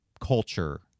culture